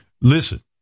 Listen